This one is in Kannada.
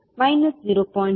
5S 0